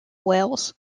wales